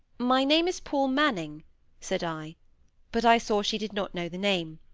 my name is paul manning said i but i saw she did not know the name.